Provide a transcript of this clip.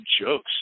jokes